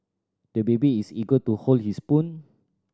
the baby is eager to hold his spoon